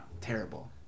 terrible